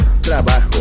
Trabajo